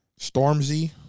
Stormzy